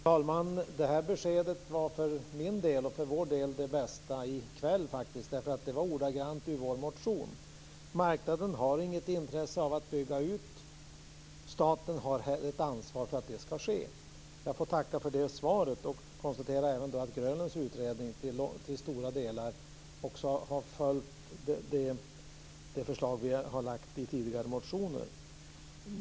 Fru talman! Det beskedet var för min del, och för vår del, det bästa i kväll faktiskt, för det var ordagrant ur vår motion. Marknaden har inget intresse av att bygga ut. Staten har ett ansvar för att det skall ske. Jag får tacka för det svaret, och jag konstaterar att även Grönlunds utredning till stora delar har följt de förslag som vi har lagt fram i tidigare motioner.